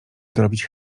dorobić